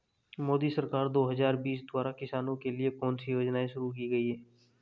मोदी सरकार दो हज़ार बीस द्वारा किसानों के लिए कौन सी योजनाएं शुरू की गई हैं?